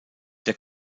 der